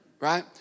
Right